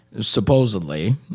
supposedly